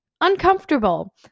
Uncomfortable